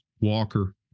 Walker